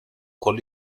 con